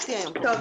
שלום,